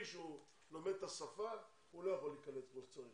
שהוא לומד את השפה הוא לא יכול להיקלט כמו שצריך,